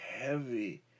heavy